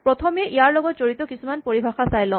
প্ৰথমে ইয়াৰ লগত জড়িত কিছুমান পৰিভাষা চাই লওঁ